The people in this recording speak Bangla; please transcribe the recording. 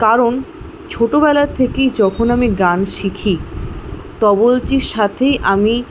কারণ ছোটবেলা থেকেই যখন আমি গান শিখি তবলচির সাথেই আমি